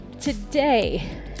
today